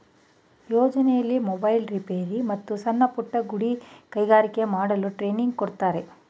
ಯೋಜನೆಯಲ್ಲಿ mobile repair, ಮತ್ತು ಸಣ್ಣಪುಟ್ಟ ಗುಡಿ ಕೈಗಾರಿಕೆ ಮಾಡಲು ಟ್ರೈನಿಂಗ್ ಕೊಡ್ತಾರೆ